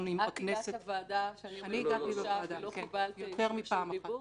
בכנסת --- הגעת לוועדה שאני עומדת בראשה ולא קיבלת רשות דיבור?